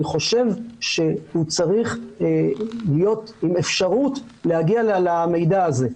אני חושב שהוא צריך להיות עם אפשרות להגיע למידע הזה.